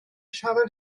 siarad